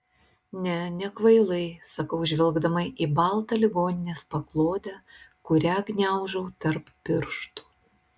ne nekvailai sakau žvelgdama į baltą ligoninės paklodę kurią gniaužau tarp pirštų